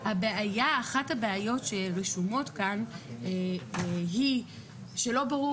אחת הבעיות שרשומות כאן היא שלא ברור